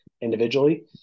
individually